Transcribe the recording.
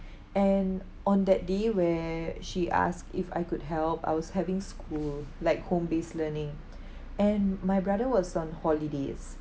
and on that day where she asked if I could help I was having school like home-based learning and my brother was on holidays